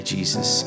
Jesus